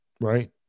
Right